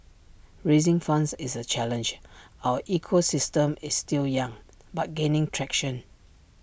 raising funds is A challenge our ecosystem is still young but gaining traction